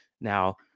now